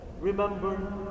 Remember